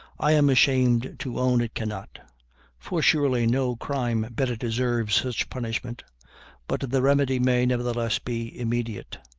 i am ashamed to own it cannot for surely no crime better deserves such punishment but the remedy may, nevertheless, be immediate